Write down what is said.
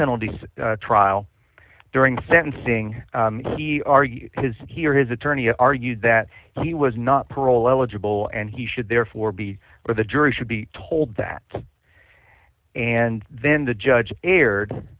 penalty trial during sentencing he argued his here his attorney argued that he was not parole eligible and he should therefore be with the jury should be told that and then the judge erred